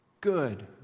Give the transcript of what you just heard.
Good